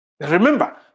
Remember